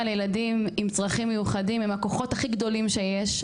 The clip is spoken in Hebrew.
לילדים עם צרכים מיוחדים עם הכוחות הכי גדולים שיש,